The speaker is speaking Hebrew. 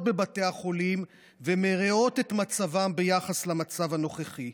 בבתי החולים ומריעות את מצבם ביחס למצב הנוכחי.